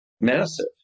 massive